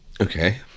Okay